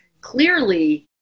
clearly